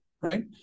right